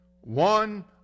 one